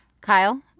Kyle